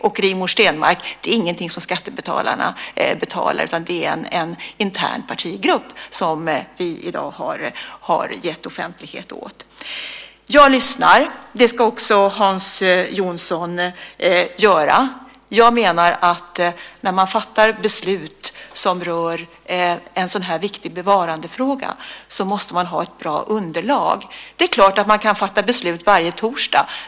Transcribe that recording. Och, Rigmor Stenmark, det är ingenting som skattebetalarna står för, utan det är en intern partigrupp som vi i dag har gett offentlighet åt. Jag lyssnar. Det ska också Hans Jonsson göra. Jag menar att när man fattar beslut som rör en sådan här viktig bevarandefråga måste man ha ett bra underlag. Det är klart att man kan fatta beslut varje torsdag.